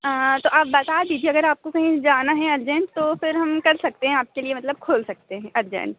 हाँ तो आप बता दीजिए अगर आपको कहीं जाना है अर्जेंट तो फिर हम कर सकते हैं आपके लिए मतलब खोल सकते हैं अर्जेंट